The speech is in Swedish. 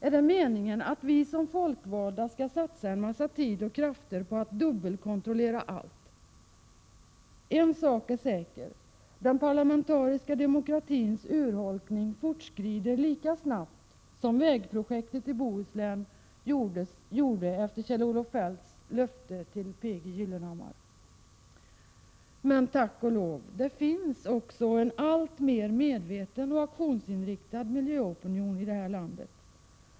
Är det meningen att vi som folkvalda skall satsa en massa tid och krafter på att dubbelkontrollera allt? En sak är säker: Den parlamentariska demokratins urholkning fortskrider lika snabbt som vägprojektet i Bohuslän gjorde efter Kjell-Olof Feldts löfte till P. G. Gyllenhammar. Men tack och lov finns det också en alltmer medveten och aktionsinriktad miljöopinion i det här landet.